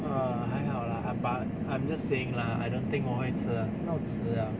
err 还好啦还 but I am just saying lah I don't think 我会吃啊这样迟 liao